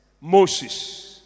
Moses